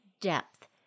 depth